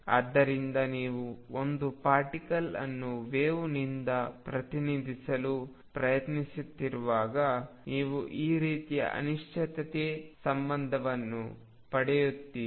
ಆದ್ದರಿಂದ ನೀವು ಒಂದು ಪಾರ್ಟಿಕಲ್ ಅನ್ನು ವೆವ್ ನಿಂದ ಪ್ರತಿನಿಧಿಸಲು ಪ್ರಯತ್ನಿಸುವಾಗ ನೀವು ಈ ರೀತಿಯ ಅನಿಶ್ಚಿತತೆ ಸಂಬಂಧವನ್ನು ಪಡೆಯುತ್ತೀರಿ